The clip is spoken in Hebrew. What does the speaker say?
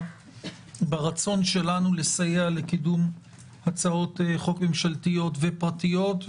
ברצון שלנו לסייע לקידום הצעות חוק ממשלתיות ופרטיות,